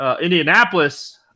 Indianapolis –